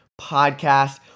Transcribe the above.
podcast